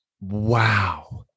Wow